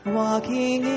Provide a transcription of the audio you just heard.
walking